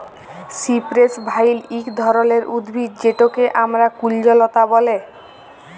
cypress vine ইক ধরলের উদ্ভিদ যেটকে আমরা কুল্জলতা ব্যলে